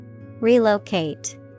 Relocate